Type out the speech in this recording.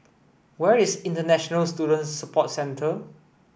where is International Student Support Centre